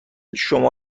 شما